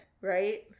Right